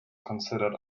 considered